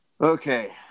Okay